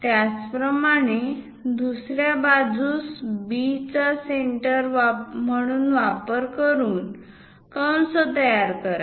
त्याचप्रमाणे दुसर्या बाजूस B चा सेंटर म्हणून वापर करून कंस तयार करा